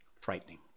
frightening